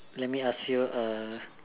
let me ask you a